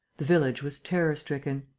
the village was terror-stricken.